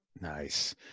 nice